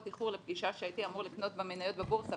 איחור לפגישה שהייתי אמור לקנות מניות בבורסה,